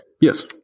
Yes